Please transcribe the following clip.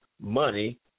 money